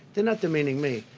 they're not demeaning me.